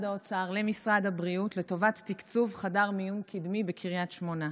האוצר למשרד הבריאות לטובת תקצוב חדר מיון קדמי בקריית שמונה.